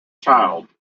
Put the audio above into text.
child